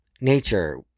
nature